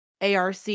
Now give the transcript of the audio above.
ARC